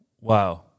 Wow